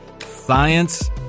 Science